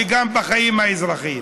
וגם בחיים האזרחיים.